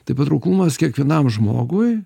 tai patrauklumas kiekvienam žmogui